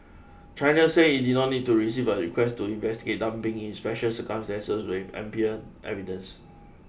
China said it did not need to receive a request to investigate dumping in special circumstances with ample evidence